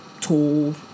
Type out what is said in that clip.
tall